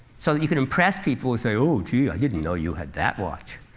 so you can impress people so oh gee, i didn't know you had that watch.